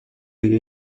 های